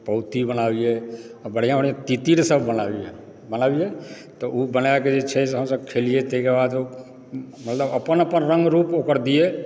पौती बनाबियै आ बढ़िआँ बढ़िआँ तितिरसभ बनाबियै बनाबियै तऽ ओ बनायके जे छै से हमसभ खेलियै तहिके बाद मतलब अपन अपन रंग रूप ओकर दियै